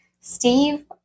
Steve